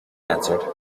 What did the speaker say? answered